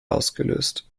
ausgelöst